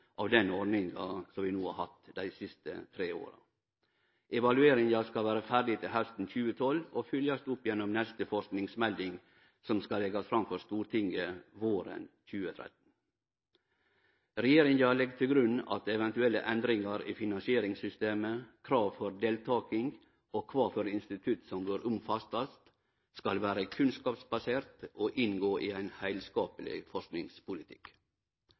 av den ordninga som vi no har hatt dei siste tre åra. Evalueringa skal vere ferdig til hausten 2012 og følgjast opp gjennom neste forskingsmelding, som skal leggjast fram for Stortinget våren 2013. Regjeringa legg til grunn at eventuelle endringar i finansieringssystemet, krav for deltaking og kva for institutt som bør omfattast, skal vere kunnskapsbaserte og inngå i ein heilskapleg forskingspolitikk.